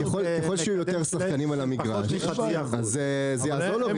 ככל שיהיו יותר שחקנים על המגרש זה יעזור להוריד את זה.